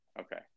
Okay